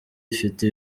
ifite